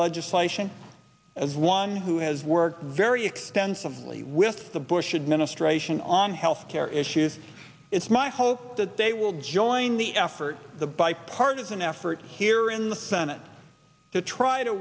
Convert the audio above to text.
legislation as one who has worked very extensively with the bush administration on health care issues it's my hope that they will join the effort the bipartisan effort here in the senate to try to